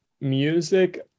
music